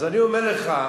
אז אני אומר לך,